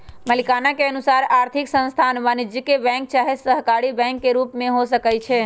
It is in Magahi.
मलिकाना के अनुसार आर्थिक संस्थान वाणिज्यिक बैंक चाहे सहकारी बैंक के रूप में हो सकइ छै